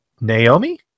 Naomi